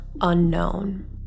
unknown